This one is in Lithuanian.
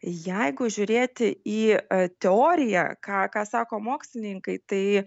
jeigu žiūrėti į teoriją ką ką sako mokslininkai tai